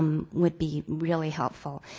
um would be really helpful.